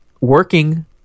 working